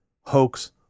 hoax